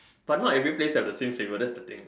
but not every place have the same flavour that's the thing